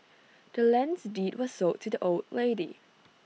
the land's deed was sold to the old lady